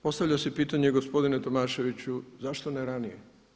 Postavlja se pitanje gospodine Tomaševiću zašto ne ranije?